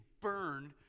burned